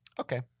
Okay